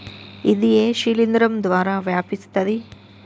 ఇది ఏ శిలింద్రం ద్వారా వ్యాపిస్తది?